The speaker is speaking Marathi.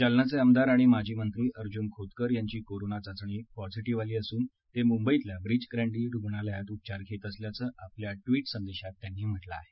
जालनाचे आमदार आणि माजी मंत्री अर्जुन खोतकर यांची कोरोना चाचणी पॉझीटीव्ह आली असून ते मुंबईतल्य ब्रीट क्रॅंडी रुग्णालयात उपचार घेत असल्याचं त्यांनी आपल्या ट्वि्ट संदेशात म्हटलं आहे